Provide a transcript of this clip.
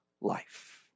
life